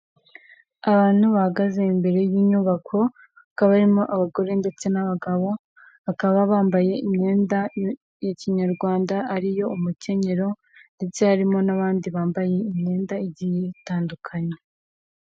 Abantu bahagaze imbere y'inyubako hakaba harimo abagore ndetse n'abagabo, bakaba bambaye imyenda ya kinyarwanda ariyo umukenyero ndetse harimo n'abandi bambaye imyenda igiye itandukanye.